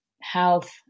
health